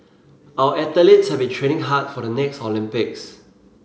our athletes have been training hard for the next Olympics